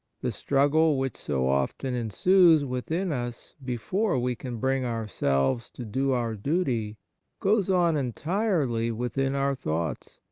the struggle which so often ensues within us before we can bring ourselves to do our duty goes on entirely within our thoughts.